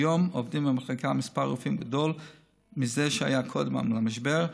כיום עובד במחלקה מספר רופאים גדול מזה שהיה קודם למשבר,